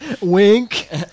Wink